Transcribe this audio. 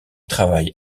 travaille